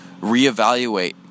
reevaluate